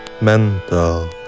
mental